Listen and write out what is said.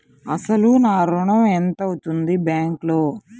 అసలు నా ఋణం ఎంతవుంది బ్యాంక్లో?